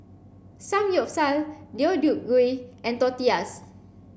Samgyeopsal Deodeok Gui and Tortillas